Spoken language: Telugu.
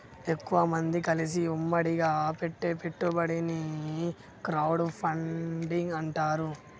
ఎక్కువమంది కలిసి ఉమ్మడిగా పెట్టే పెట్టుబడిని క్రౌడ్ ఫండింగ్ అంటారు